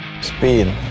speed